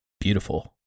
beautiful